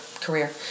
career